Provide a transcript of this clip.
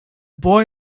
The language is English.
boy